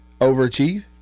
overachieve